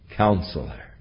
Counselor